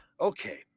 Okay